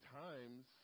times